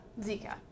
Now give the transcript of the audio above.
Zika